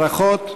ברכות.